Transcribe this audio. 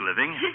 living